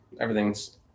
everything's